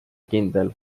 kindel